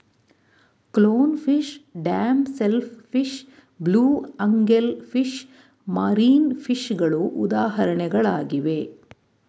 clown fish, damsel fish, blue angel fish, marine ಫಿಷಗಳು ಉದಾಹರಣೆಗಳಾಗಿವೆ